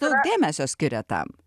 daug dėmesio skiria tam